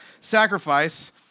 sacrifice